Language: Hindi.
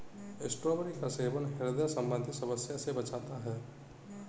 स्ट्रॉबेरी का सेवन ह्रदय संबंधी समस्या से बचाता है